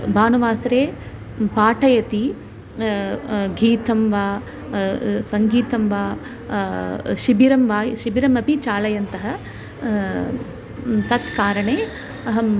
भानुवासरे पाठयति गीतं वा सङ्गीतं वा शिबिरं वा शिबिरमपि चालयन्तः तत् कारणे अहम्